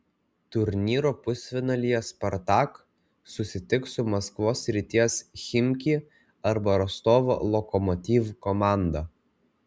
turnyro pusfinalyje spartak susitiks su maskvos srities chimki arba rostovo lokomotiv komanda